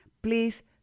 Please